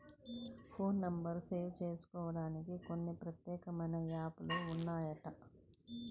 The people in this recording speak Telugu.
ఫోన్ నెంబర్లు సేవ్ జేసుకోడానికి కొన్ని ప్రత్యేకమైన యాప్ లు ఉన్నాయంట